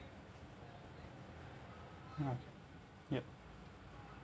ah yup